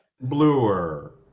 bluer